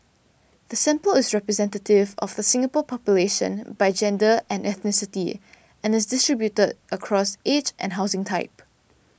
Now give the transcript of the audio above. the sample is representative of the Singapore population by gender and ethnicity and is distributed across age and housing type